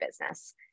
business